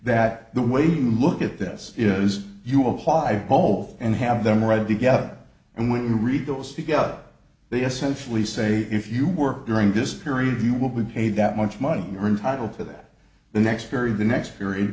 that the way to look at this is you apply both and have them read together and when you read those together they essentially say if you work during this period you will be paid that much money you're entitled to that the next period the next per